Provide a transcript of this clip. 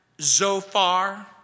Zophar